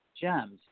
gems